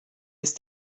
ist